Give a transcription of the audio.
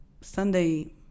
Sunday